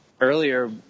earlier